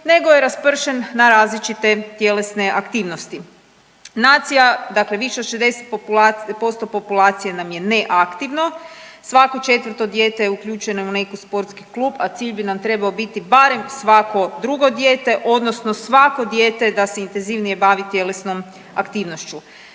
nego raspršen na različite tjelesne aktivnosti. Nacija, dakle više od 60 populacije, posto populacije nam je neaktivno, svako 4 dijete uključeno je u neki sportski klub, a cilj bi nam trebao biti barem svako drugo dijete odnosno svako dijete da se intenzivnije bavi tjelesnom aktivnošću.